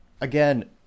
Again